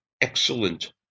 excellent